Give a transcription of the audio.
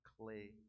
clay